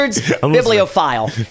Bibliophile